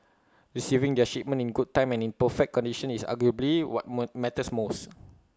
receiving their shipment in good time and in perfect condition is arguably what matters most